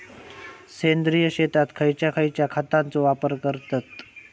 सेंद्रिय शेतात खयच्या खयच्या खतांचो वापर करतत?